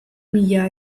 mila